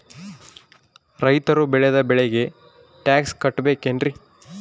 ರೈತರು ಬೆಳೆದ ಬೆಳೆಗೆ ಟ್ಯಾಕ್ಸ್ ಕಟ್ಟಬೇಕೆನ್ರಿ?